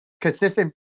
consistent